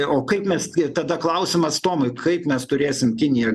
o kaip mes tada klausimas tomui kaip mes turėsim kiniją